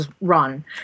run